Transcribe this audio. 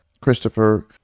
Christopher